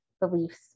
beliefs